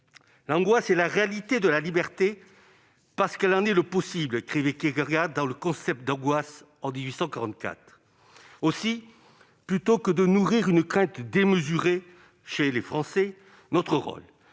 L'angoisse est la réalité de la liberté, parce qu'elle en est le possible », écrivait Kierkegaard dans en 1844. Aussi, plutôt que de nourrir une crainte démesurée chez les Français, notre rôle,